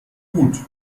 gut